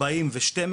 40 ו-12,